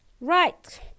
Right